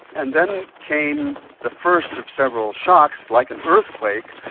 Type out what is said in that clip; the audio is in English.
and then came the first of several shocks, like an earthquake,